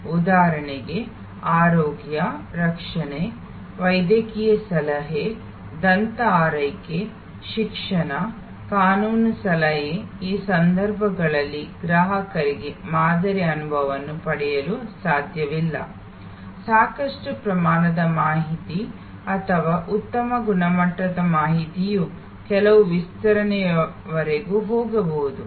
ಉದಾಹರಣೆಗೆ ಆರೋಗ್ಯ ರಕ್ಷಣೆ ವೈದ್ಯಕೀಯ ಸಲಹೆ ದಂತ ಆರೈಕೆ ಶಿಕ್ಷಣ ಕಾನೂನು ಸಲಹೆ ಈ ಸಂದರ್ಭಗಳಲ್ಲಿ ಗ್ರಾಹಕರಿಗೆ ಮಾದರಿ ಅನುಭವವನ್ನು ಪಡೆಯಲು ಸಾಧ್ಯವಿಲ್ಲ ಸಾಕಷ್ಟು ಪ್ರಮಾಣದ ಮಾಹಿತಿ ಅಥವಾ ಉತ್ತಮ ಗುಣಮಟ್ಟದ ಮಾಹಿತಿಯು ಕೆಲವು ವಿಸ್ತರಣೆಯವರೆಗೆ ಹೋಗಬಹುದು